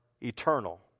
eternal